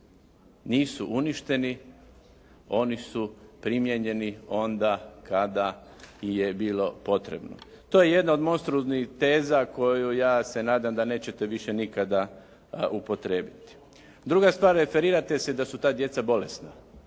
Nisu uništeni, oni su primijenjeni onda kada je bilo potrebno. To je jedna od monstruoznih teza koju, ja se nadam da nećete više nikada upotrijebiti. Druga stvar referirate se da su ta djeca bolesna.